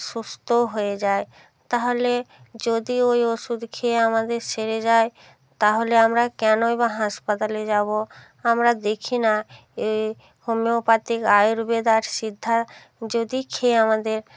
সুস্থও হয়ে যায় তাহলে যদি ওই ওষুধ খেয়ে আমাদের সেরে যায় তাহলে আমরা কেনই বা হাসপাতালে যাব আমরা দেখি না হোমিওপ্যাথিক আয়ুর্বেদ আর সিদ্ধা যদি খেয়ে আমাদের